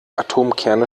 atomkerne